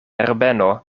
herbeno